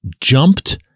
jumped